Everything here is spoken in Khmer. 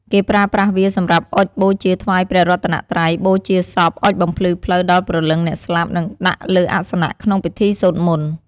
គេប្រើប្រាស់វា សម្រាប់អុជបូជាថ្វាយព្រះរតនត្រ័យ បូជាសព អុជបំភ្លឺផ្លូវដល់ព្រលឹងអ្នកស្លាប់ និងដាក់លើអាសនៈក្នុងពិធីសូត្រមន្ត។